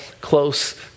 close